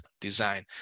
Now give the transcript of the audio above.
design